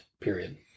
period